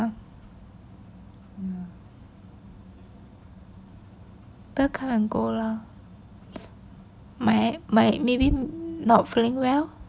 people come and go lah might might maybe not feeling well